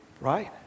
right